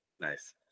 nice